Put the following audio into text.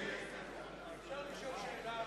אפשר לשאול שאלה?